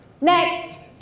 Next